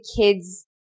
kids